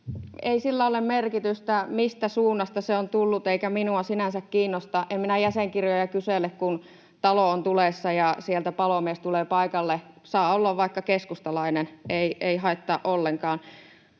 ei sillä ole merkitystä, mistä suunnasta se on tullut, eikä se minua sinänsä kiinnosta. En minä jäsenkirjoja kysele, kun talo on tulessa ja sieltä palomies tulee paikalle. Saa olla vaikka keskustalainen, ei haittaa ollenkaan.